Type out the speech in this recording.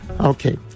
Okay